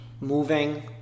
moving